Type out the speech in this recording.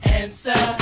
answer